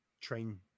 train